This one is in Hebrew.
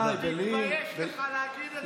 תתבייש לך להגיד את זה.